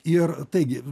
ir taigi